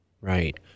Right